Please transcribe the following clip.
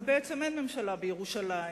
אבל בעצם אין ממשלה בירושלים.